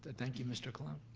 thank you, mr. colon.